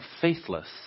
faithless